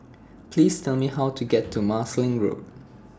Please Tell Me How to get to Marsiling Road